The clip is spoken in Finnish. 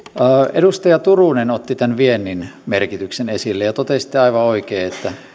edustaja turunen otti tämän viennin merkityksen esille ja totesitte aivan oikein että